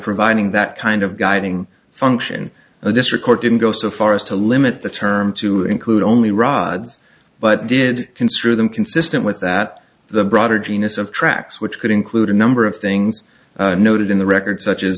providing that kind of guiding function and this record didn't go so far as to limit the term to include only rods but did construe them consistent with that the broader genus of tracks which could include a number of things noted in the record such as